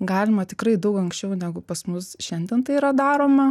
galima tikrai daug anksčiau negu pas mus šiandien tai yra daroma